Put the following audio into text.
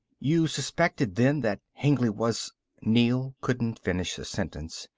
you suspected then that hengly was neel couldn't finish the sentence.